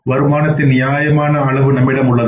வருமானத்தின் நியாயமான அளவு நம்மிடம் உள்ளது